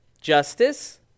justice